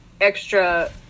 extra